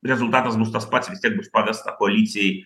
rezultatas bus tas pats vis tiek bus pavesta koalicijai